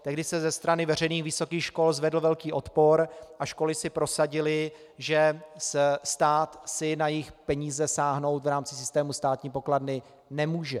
Tehdy se ze strany veřejných vysokých škol zvedl velký odpor a školy si prosadily, že stát na jejich peníze sáhnout v rámci systému státní pokladny nemůže.